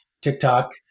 TikTok